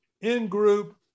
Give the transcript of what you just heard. in-group